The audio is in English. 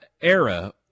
era